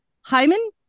Hyman